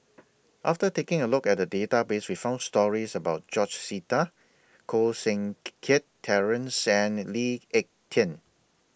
after taking A Look At The Database We found stories about George Sita Koh Seng Kiat Terence and Lee Ek Tieng